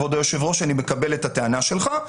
כבוד היושב ראש, אני מקבל את הטענה שלך.